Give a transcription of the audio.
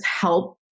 help